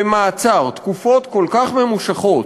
במעצר תקופות כל כך ממושכות,